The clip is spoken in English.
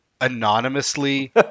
anonymously